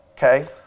Okay